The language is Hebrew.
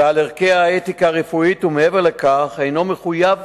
ועל ערכי האתיקה הרפואית, ומעבר לכך הוא מחויב